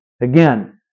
Again